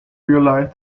realized